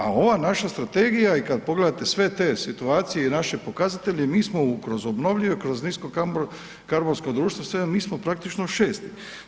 A ova naša strategija i kad pogledate sve te situacije i naše pokazatelje, mi smo kroz obnovljive, kroz nisko karbonsko društvo, mi smo praktični šesti.